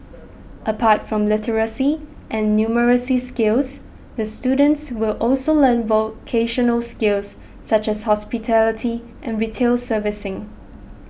apart from literacy and numeracy skills the students will also learn vocational skills such as hospitality and retail servicing